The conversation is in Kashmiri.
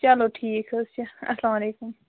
چلو ٹھیٖک حظ چھُ اَسلامُ علیکُم